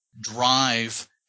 drive